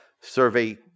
survey